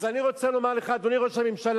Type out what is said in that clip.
אני רוצה לומר לך, אדוני ראש הממשלה,